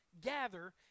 gather